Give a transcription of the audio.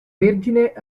vergine